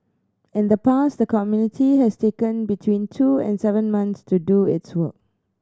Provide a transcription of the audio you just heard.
in the past the community has taken between two and seven months to do its work